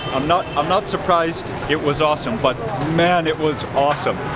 i'm not um not surprised it was awesome, but man, it was awesome!